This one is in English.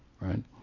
Right